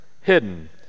hidden